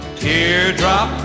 teardrop